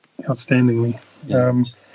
outstandingly